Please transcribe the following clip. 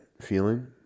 feeling